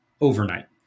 overnight